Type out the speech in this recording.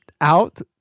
out